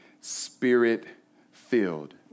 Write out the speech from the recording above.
spirit-filled